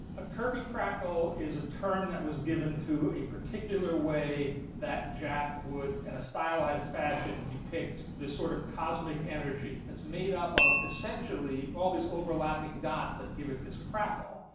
a kirby crackle is a term that was given to a particular way that jack would, in a stylized fashion, depict this sort of cosmic energy. it's made up of essentially all these overlapping dots that give it this crackle.